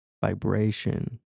vibration